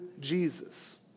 Jesus